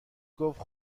گفت